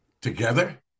Together